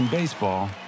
baseball